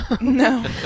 no